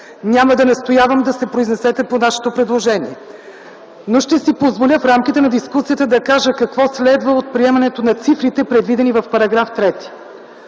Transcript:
няма да настоявам да се произнесете по нашето предложение. Ще си позволя обаче в рамките на дискусията да кажа какво следва от приемането на числата, предвидени в § 3.